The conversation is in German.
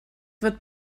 wird